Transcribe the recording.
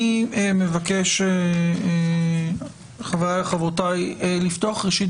אני מבקש חבריי וחברותיי לפתוח ראשית